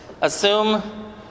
Assume